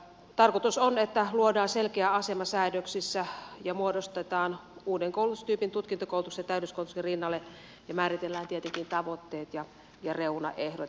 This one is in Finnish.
tarkoitus on että luodaan selkeä asema säädöksissä ja muodostetaan uuden koulutustyypin tutkintokoulutus täydennyskoulutuksen rinnalle ja määritellään tietenkin tavoitteet ja reunaehdot